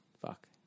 fuck